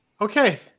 Okay